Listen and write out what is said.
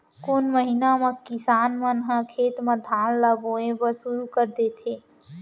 कोन महीना मा किसान मन ह खेत म धान ला बोये बर शुरू कर देथे?